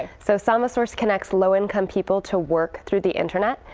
ah so soma source connects low income people to work through the internet.